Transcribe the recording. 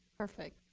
perfect.